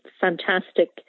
fantastic